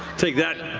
take that,